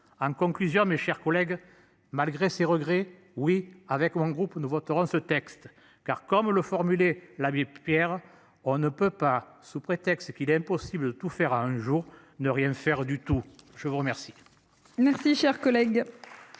en conclusion. Mes chers collègues. Malgré ses regrets. Oui avec mon groupe nous voterons ce texte car, comme le formuler, l'abbé Pierre. On ne peut pas, sous prétexte qu'il est impossible tout faire un jour. Ne rien faire du tout. Je vous remercie.